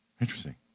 Interesting